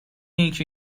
اینکه